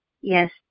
Yes